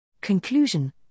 Conclusion